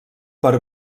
per